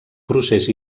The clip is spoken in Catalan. procés